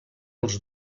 els